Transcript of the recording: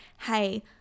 hey